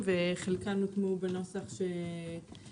וחלקם הוטמעו בנוסח שמונח פה בפני הוועדה.